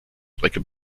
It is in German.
strecke